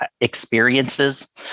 experiences